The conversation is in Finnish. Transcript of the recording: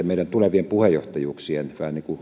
meidän tulevien puheenjohtajuuksien